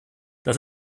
das